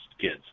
kids